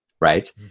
right